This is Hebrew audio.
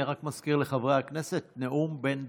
אני רק מזכיר לחברי הכנסת: נאום בן דקה.